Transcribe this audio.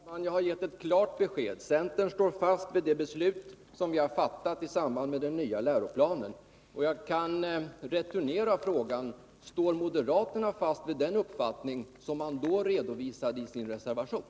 Herr talman! Jag har gett ett klart besked. Centern står fast vid det beslut som vi har fattat i samband med den nya läroplanen. Jag kan returnera frågan: Står moderaterna fast vid den uppfattning som de då redovisade i sin reservation?